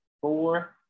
four